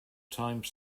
time